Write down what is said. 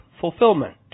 fulfillment